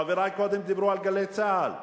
חברי קודם דיברו על "גלי צה"ל".